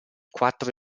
quattro